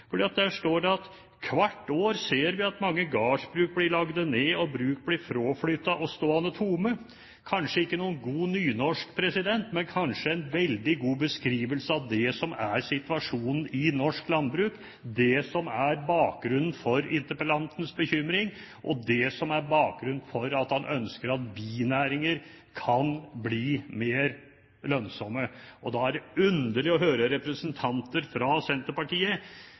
år ser vi at mange gardsbruk blir lagde ned og bruk blir fråflytta og ståande tome.» Kanskje ikke noen god nynorsk, men kanskje en veldig god beskrivelse av det som er situasjonen i norsk landbruk, det som er bakgrunnen for interpellantens bekymring, og det som er bakgrunnen for at han ønsker at binæringer kan bli mer lønnsomme. Da er det underlig å høre representanter fra Senterpartiet,